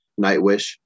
Nightwish